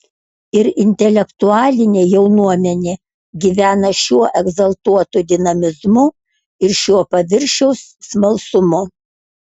ir intelektualinė jaunuomenė gyvena šiuo egzaltuotu dinamizmu ir šiuo paviršiaus smalsumu